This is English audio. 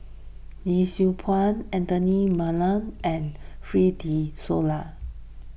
Yee Siew Pun Anthony Miller and Fred De Souza